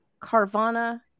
carvana